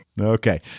Okay